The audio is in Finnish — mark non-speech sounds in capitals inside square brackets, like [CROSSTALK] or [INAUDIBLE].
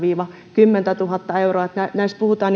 kymmentätuhatta euroa niin että näissä puhutaan [UNINTELLIGIBLE]